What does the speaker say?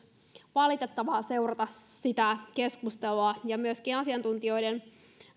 valitettavaa seurata sitä keskustelua ja myöskin asiantuntijoiden